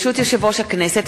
ברשות יושב-ראש הכנסת,